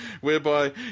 whereby